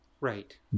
Right